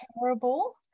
terrible